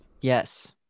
Yes